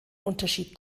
unterschied